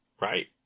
Right